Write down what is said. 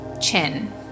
chin